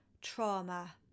trauma